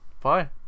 bye